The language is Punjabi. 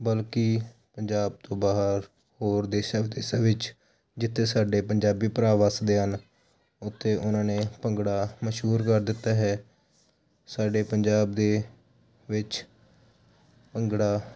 ਬਲਕਿ ਪੰਜਾਬ ਤੋਂ ਬਾਹਰ ਹੋਰ ਦੇਸ਼ਾਂ ਵਿਦੇਸ਼ਾਂ ਵਿੱਚ ਜਿੱਥੇ ਸਾਡੇ ਪੰਜਾਬੀ ਭਰਾ ਵੱਸਦੇ ਹਨ ਉੱਥੇ ਉਹਨਾਂ ਨੇ ਭੰਗੜਾ ਮਸ਼ਹੂਰ ਕਰ ਦਿੱਤਾ ਹੈ ਸਾਡੇ ਪੰਜਾਬ ਦੇ ਵਿੱਚ ਭੰਗੜਾ